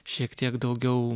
šiek tiek daugiau